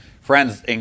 friends